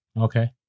Okay